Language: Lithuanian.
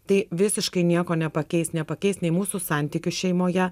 tai visiškai nieko nepakeis nepakeis nei mūsų santykių šeimoje